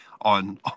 on